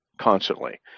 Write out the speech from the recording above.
constantly